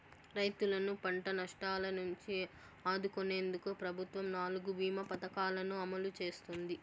రైతులను పంట నష్టాల నుంచి ఆదుకునేందుకు ప్రభుత్వం నాలుగు భీమ పథకాలను అమలు చేస్తోంది